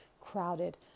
crowded